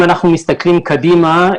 אם אנחנו מסתכלים קדימה,